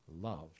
loved